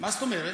מה זאת אומרת?